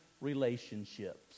relationships